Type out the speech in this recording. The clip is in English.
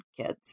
kids